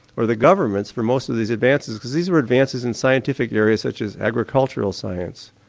or the governments for most of these advances because these were advances in scientific areas such as agricultural science,